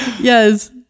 Yes